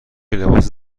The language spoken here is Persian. لباس